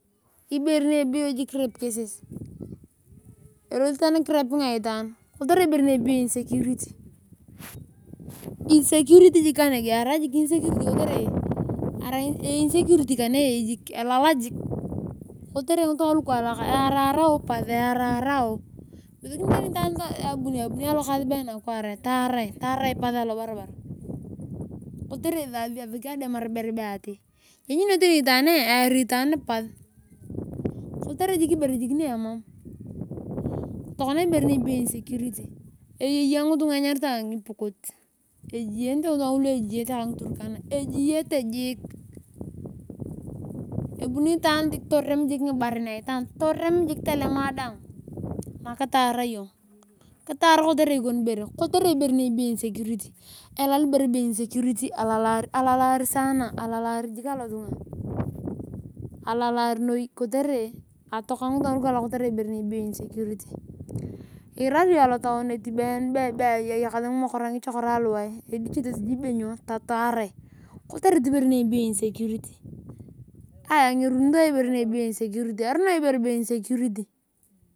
Ibere nebeyo rape cases elosi itaana kirapinga itaan ketere ibere niebeyo insecurity. Elala insecurity kane elalak jik. Kofere ngitunga lukaalak eraerao pas ini ebunoi itaan alokaas nakware taarae lotere esakio ademaria ibere be ati. inyuni tani itaan eari itaan pas kotere jik ibere niemam tokora ibere nibe insecurity eya ngitunga enyaritae ngipokot ejieta ngitunga ngulu ka ngiturkana. ebuni itaan torem ngibaren aitwaan toreem jik tolema daang na kibar iyong kotere ikon bere. Kotere ibere be insecurity alalaar saana jik aloitunga. alataar noi iyong atoka ngitunga ibere be insecurity. Irari iyong akotaun ati be ayakasi ngichokorae aluwae edichete itaan taarae. Kotere ibere nibeyo be nyo insecurity erono ibere be insecurity.